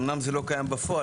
אמנם זה לא קיים בפועל,